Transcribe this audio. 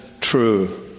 true